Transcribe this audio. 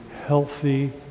healthy